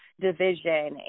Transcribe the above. division